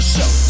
Show